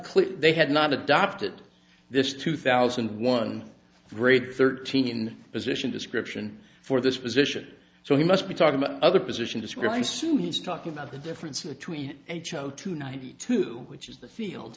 clear they had not adopted this two thousand one grade thirteen position description for this position so he must be talking about other position described soon he's talking about the difference between h o two ninety two which is the field